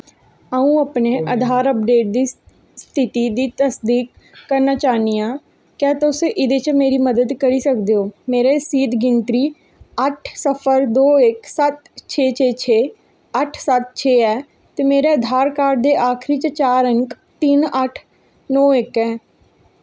अ'ऊं अपने आधार अपडेट दी स्थिति दी तसदीक करना चाह्न्नाी आं क्या तुस एह्दे च मेरी मदद करी सकदे ओ मेरी रसीद गिनतरी अट्ठ सिफर दो इक सत्त छे छे छे अट्ठ सत्त छे ऐ ते मेरे आधार कार्ड दे आखरी चार अंक तिन्न अट्ठ नौ इक न